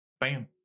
Bam